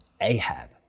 Ahab